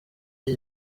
iki